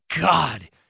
God